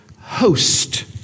host